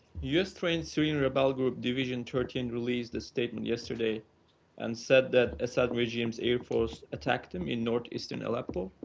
u s trained syrian rebel group division thirty and released a statement yesterday and said that assad regime's air force attacked them in northeastern aleppo.